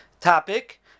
topic